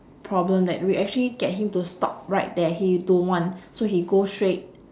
problem that we actually get him to stop right there he don't want so he go straight